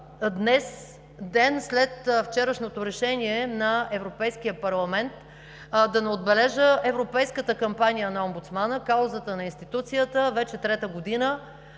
днес – ден, след вчерашното Решение на Европейския парламент, да не отбележа Европейската кампания на омбудсмана, каузата на институцията вече трета година,